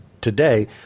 today